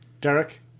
Derek